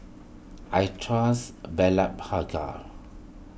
I trust Blephagel